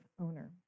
owner